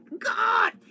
God